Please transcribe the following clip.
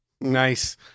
Nice